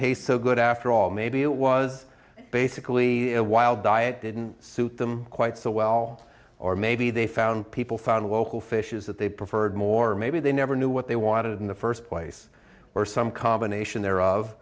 taste so good after all maybe it was basically a wild diet didn't suit them quite so well or maybe they found people found a local fish is that they preferred more maybe they never knew what they wanted in the first place were some combination thereof